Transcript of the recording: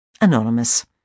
Anonymous